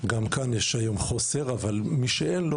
וגם כאן יש היום חוסר, אבל מי שאין לו